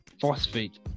phosphate